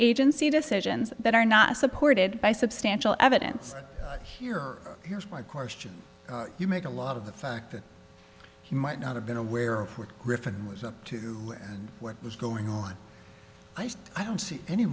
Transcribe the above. agency decisions that are not supported by substantial evidence here here's my question you make a lot of the fact that he might not have been aware of what griffin was up to and what was going on i just i don't see any